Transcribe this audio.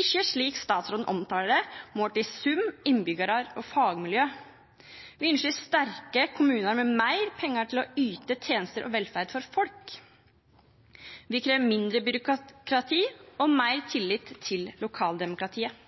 ikke slik statsråden omtaler det, målt i sum, innbyggere og fagmiljø. Vi ønsker sterke kommuner med mer penger til å yte tjenester og velferd for folk. Vi krever mindre byråkrati og mer tillit til lokaldemokratiet,